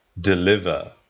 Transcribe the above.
deliver